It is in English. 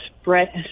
spread